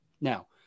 Now